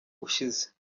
ushize